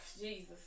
Jesus